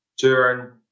turn